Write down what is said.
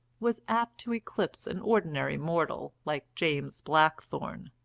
was apt to eclipse an ordinary mortal like james blackthorne.